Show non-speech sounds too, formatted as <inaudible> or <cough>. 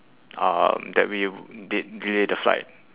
um that we <noise> de~ delay the flight